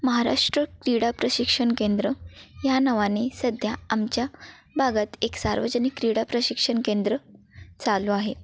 महाराष्ट्र क्रीडा प्रशिक्षण केंद्र ह्या नवाने सध्या आमच्या भागात एक सार्वजनिक क्रीडा प्रशिक्षण केंद्र चालू आहे